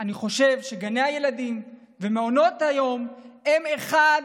אני חושב שגני הילדים ומעונות היום הם אחד